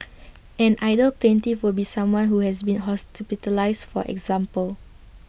an ideal plaintiff would be someone who has been hospitalised for example